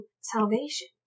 salvation